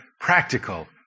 practical